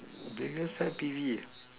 Vegas IBV